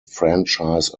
franchise